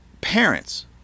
parents